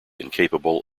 incapable